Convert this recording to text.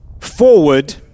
forward